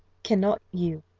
cannot you,